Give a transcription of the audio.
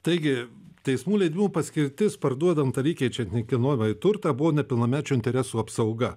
taigi teismų leidimų paskirtis parduodant ar įkeičiant nekilnojamąjį turtą buvo nepilnamečių interesų apsauga